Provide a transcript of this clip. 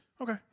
Okay